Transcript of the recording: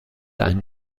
einen